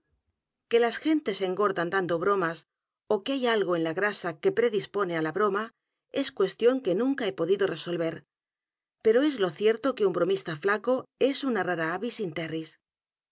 que las gentes engordan dando bromas ó que hay algo en la g r a s a que predispone á la broma es cuestión que nunca he podido resolver pero es lo cierto que un bromista flaco es u n rara avis in íerris en